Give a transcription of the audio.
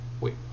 Wait